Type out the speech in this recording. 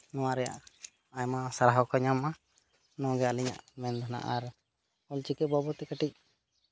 ᱱᱚᱣᱟ ᱨᱮᱭᱟᱜ ᱟᱭᱢᱟ ᱥᱟᱨᱦᱟᱣ ᱠᱚ ᱧᱟᱢᱟ ᱱᱚᱣᱟᱜᱮ ᱟᱹᱞᱤᱧᱟᱜ ᱢᱮᱱ ᱨᱮᱱᱟᱜ ᱟᱨ ᱚᱞᱪᱤᱠᱤ ᱵᱟᱵᱚᱫ ᱛᱮ ᱠᱟᱹᱴᱤᱡ